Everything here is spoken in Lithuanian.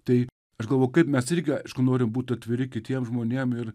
tai aš galvoju kaip mes irgi aišku norim būt atviri kitiem žmonėm ir